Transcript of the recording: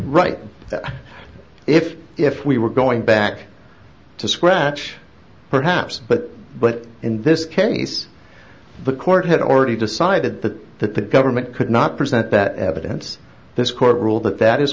that if if we were going back to scratch perhaps but but in this case the court had already decided that that the government could not present that evidence this court ruled that that is